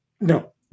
No